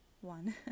one